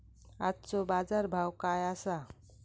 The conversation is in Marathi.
आजचो बाजार भाव काय आसा?